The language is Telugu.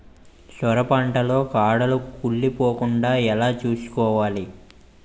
సొర పంట లో కాడలు కుళ్ళి పోకుండా ఎలా చూసుకోవాలి?